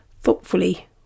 thoughtfully